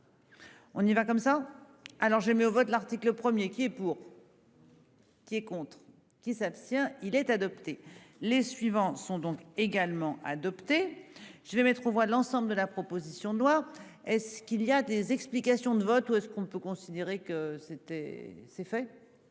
On y va comme ça. Alors j'ai mis au vote de l'article 1er qui est pour. Qui est contre qui s'abstient. Il est adopté, les suivants sont donc également adopté je vais mettre aux voix l'ensemble de la proposition de loi. Est ce qu'il y a des explications de vote, où est-ce qu'on peut considérer que c'était